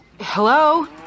Hello